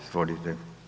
Izvolite.